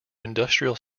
industrial